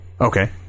okay